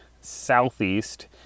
Southeast